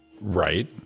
Right